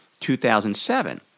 2007